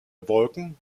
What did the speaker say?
wolken